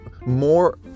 more